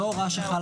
זו ההוראה שחלה